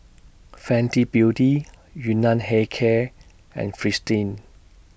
Fenty Beauty Yun Nam Hair Care and Fristine